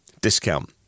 discount